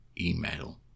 email